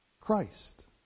Christ